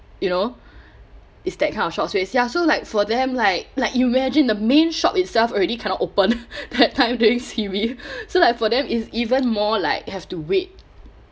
you know it's that kind of shops eh sia so like for them like like you imagine the main shop itself already cannot open that time during C_B so like for them is even more like have to wait